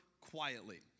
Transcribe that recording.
quietly